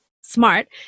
SMART